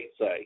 say